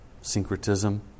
syncretism